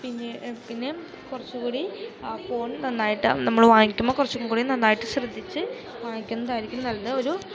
പിന്നെ പിന്നെയും കുറച്ചുകൂടി ആ ഫോൺ നന്നായിട്ട് നമ്മള് വാങ്ങിക്കുമ്പോള് കുറച്ച് കൂടിയും നന്നായിട്ട് ശ്രദ്ധിച്ച് വാങ്ങിക്കുന്നതായിരിക്കും നല്ല ഒരു